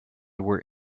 were